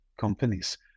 companies